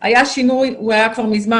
היה שינוי, הוא היה כבר מזמן.